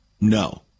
No